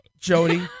Jody